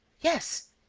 yes.